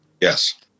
yes